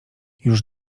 już